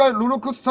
ah look at